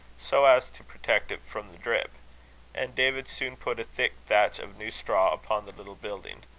so as to protect it from the drip and david soon put a thick thatch of new straw upon the little building.